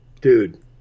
Dude